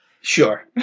sure